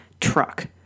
truck